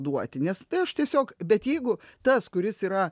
duoti nes tai aš tiesiog bet jeigu tas kuris yra